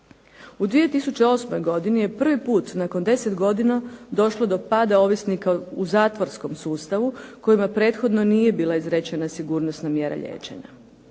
U 2008. godini je prvi put nakon deset godina došlo do pada ovisnika u zatvorskom sustavu kojima prethodno nije bila izrečena sigurnosna mjera liječenja.